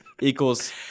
equals